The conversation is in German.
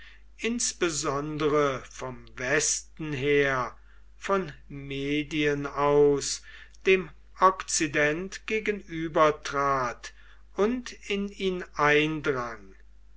insbesondere vom westen her von medien aus dem okzident gegenübertrat und in ihn eindrang